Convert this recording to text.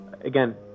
again